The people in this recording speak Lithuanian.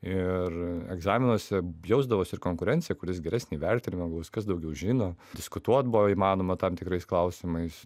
ir egzaminuose jausdavosi ir konkurencija kuris geresnį įvertinimą gaus kas daugiau žino diskutuot buvo įmanoma tam tikrais klausimais